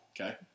okay